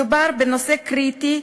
מדובר בנושא קריטי,